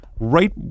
right